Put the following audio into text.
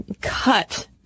cut